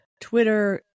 Twitter